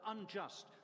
unjust